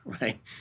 right